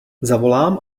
zavolám